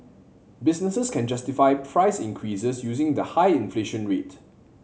businesses can justify price increases using the high inflation rate